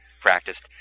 practiced